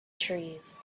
trees